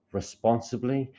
responsibly